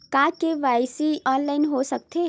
का KYC online हो सकथे?